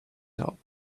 top